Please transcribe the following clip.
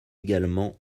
également